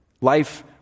life